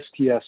STS